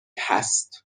هست